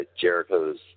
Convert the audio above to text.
Jericho's